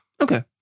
Okay